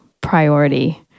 priority